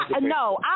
No